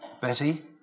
Betty